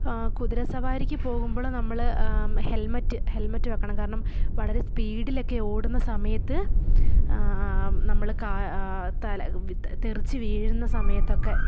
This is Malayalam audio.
കുതിരസവാരിക്ക് പോകുമ്പോൾ നമ്മൾ ഹെൽമറ്റ് ഹെൽമറ്റ് വെക്കണം കാരണം വളരെ സ്പീഡിലൊക്കെ ഓടുന്ന സമയത്ത് നമ്മൾ തല തെറിച്ചു വീഴുന്ന സമയത്തൊക്കെ